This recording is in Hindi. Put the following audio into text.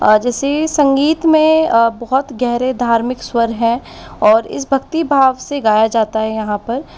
जैसे संगीत में बहुत गहरे धार्मिक स्वर हैं और इस भक्ति भाव से गाया जाता है यहाँ पर